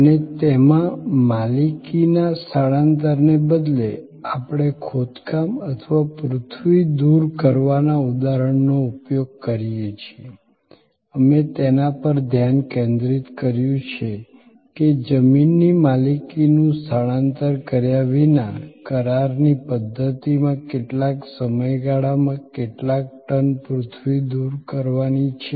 અને તેમાં માલિકીના સ્થાનાંતરણને બદલે આપણે ખોદકામ અથવા પૃથ્વી દૂર કરવાના ઉદાહરણનો ઉપયોગ કરીએ છીએ અમે તેના પર ધ્યાન કેન્દ્રિત કર્યું છે કે જમીનની માલિકીનું સ્થાનાંતરણ કર્યા વિના કરારની પદ્ધતિમાં કેટલા સમયગાળામાં કેટલા ટન પૃથ્વી દૂર કરવાની છે